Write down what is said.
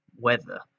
weather